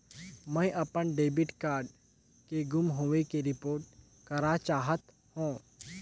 मैं अपन debit card के गुम होवे के रिपोर्ट करा चाहत हों